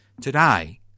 Today